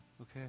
okay